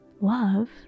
Love